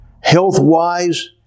health-wise